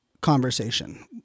conversation